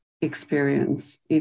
experience